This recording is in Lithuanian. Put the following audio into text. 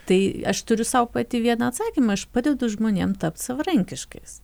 tai aš turiu sau pati vieną atsakymą aš padedu žmonėm tapti savarankiškais